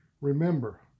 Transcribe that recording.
Remember